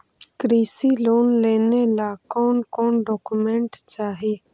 कृषि लोन लेने ला कोन कोन डोकोमेंट चाही?